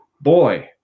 boy